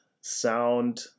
sound